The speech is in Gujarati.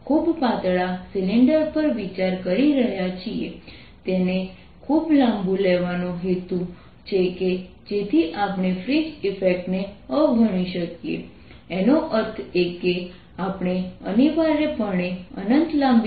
અને અમે આ બે સત્રોમાં જે કરવા જઈ રહ્યા છીએ તે એ છે કે પ્રોબ્લેમ નું નિરાકરણ સહાયક શિક્ષક દ્વારા કરવામાં આવશે જે શરૂઆતથી જ આ કોર્સમાં સામેલ છે